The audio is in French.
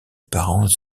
parents